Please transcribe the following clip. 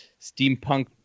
steampunk